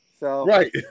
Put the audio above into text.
Right